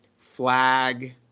flag